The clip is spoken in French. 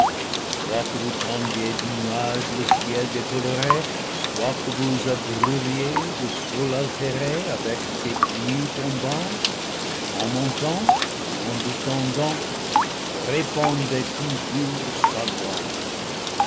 et soit que vous tendiez de nuages le ciel décoloré soit que vous abreuviez le sol altéré avec des pluies tom bantes en montant ou en descendant répandez toujours sa louange